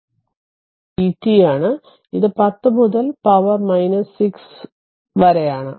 ഇത് vt ആണ് ഇത് 10 മുതൽ പവർ 6 വരെയാണ്